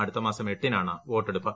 അടുത്ത മാസം എട്ടിനാണ് വോട്ടെടുപ്പ്